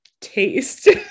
taste